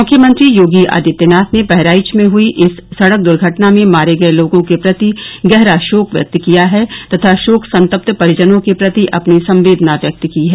मुख्यमंत्री योगी आदित्यनाथ ने बहराइच में हयी इस सड़क दुर्घटना में मारे गये लोगों के प्रति गहरा शोक व्यक्त किया है तथा शोक संतप्त परिजनों के प्रति अपनी संवेदना व्यक्त की हैं